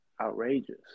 outrageous